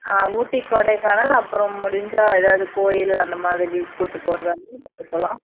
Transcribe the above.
ஆ ஊட்டி கொடைக்கானல் அப்புறம் முடிஞ்சால் ஏதாவது கோயில் அந்த மாதிரி கூட்டு போகிறதா இருந்தாலும் கூட்டு போகலாம்